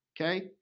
Okay